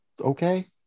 okay